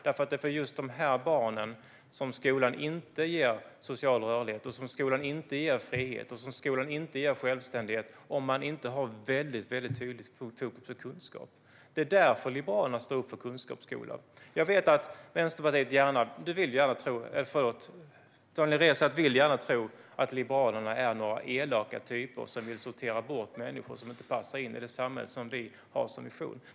Det är för just de här barnen som skolan inte ger social rörlighet, frihet och självständighet om man inte har väldigt tydligt fokus på kunskap. Det är därför Liberalerna står upp för kunskapsskolan. Daniel Riazat vill gärna tro att Liberalerna är några elaka typer som vill sortera bort människor som inte passar in i det samhälle som vi har som vision.